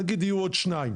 נגיד יהיו עוד שניים,